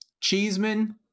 Cheeseman